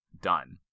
done